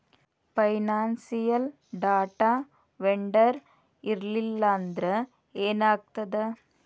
Financial data vendor ಇರ್ಲ್ಲಿಲ್ಲಾಂದ್ರ ಏನಾಗ್ತದ?